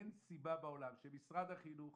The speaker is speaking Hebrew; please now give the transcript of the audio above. אין סיבה בעולם שמשרד החינוך